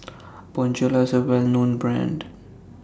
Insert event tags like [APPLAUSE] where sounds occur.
[NOISE] Bonjela IS A Well known Brand